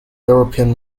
european